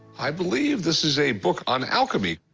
i believe this is a book on alchemy.